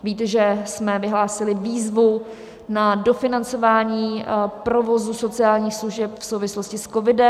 Víte, že jsme vyhlásili výzvu na dofinancování provozu sociálních služeb v souvislosti s covidem.